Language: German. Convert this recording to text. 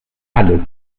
alles